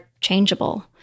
changeable